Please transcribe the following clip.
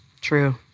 True